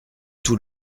tout